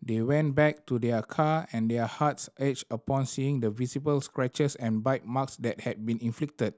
they went back to their car and their hearts upon seeing the visible scratches and bite marks that had been inflicted